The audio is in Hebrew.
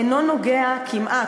אינו נוגע כמעט,